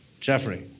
Jeffrey